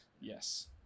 yes